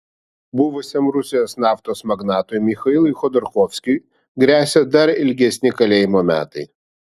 buvusiam rusijos naftos magnatui michailui chodorkovskiui gresia dar ilgesni kalėjimo metai